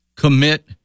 Commit